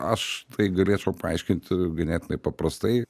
aš tai galėčiau paaiškinti ganėtinai paprastai